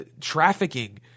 trafficking